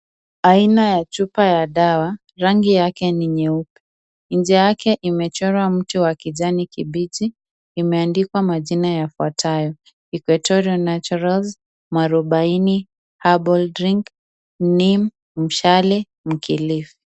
Aina ya chupa ya dawa, rangi yake ni nyeupe. Nje yake imechorwa mti wa kijani kibichi, imeandikwa majina yafwatayo Equetorial naturals , mwarubaini, Herbal drink, neem /mkilifi.